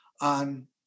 on